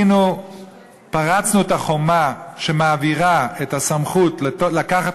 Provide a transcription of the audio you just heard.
פרצנו את החומה והעברנו את הסמכות לקחת